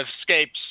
escapes